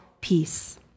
peace